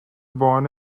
born